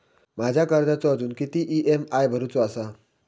माझ्या कर्जाचो अजून किती ई.एम.आय भरूचो असा?